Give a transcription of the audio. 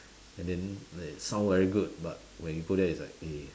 and then like it sound very good but when you go there it's like eh